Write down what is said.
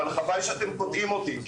אבל חבל שאתם קוטעים אותי,